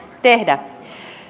tehdä